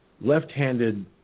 left-handed